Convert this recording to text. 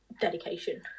dedication